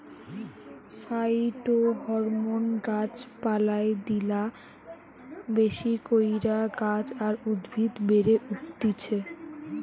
phytohormone গাছ পালায় দিলা বেশি কইরা গাছ আর উদ্ভিদ বেড়ে উঠতিছে